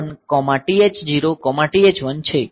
આ TL0 TL1 TH0 TH1 છે